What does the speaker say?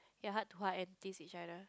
ya heart to heart and tease each other